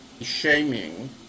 shaming